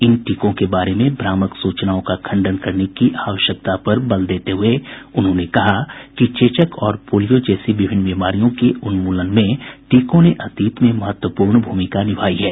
इन टीकों के बारे में भ्रामक सूचनाओं का खंडन करने की आवश्यकता पर जोर देते हुए उन्होंने कहा कि चेचक और पोलियो जैसी विभिन्न बीमारियों के उन्मूलन में टीकों ने अतीत में महत्वपूर्ण भूमिका निभाई है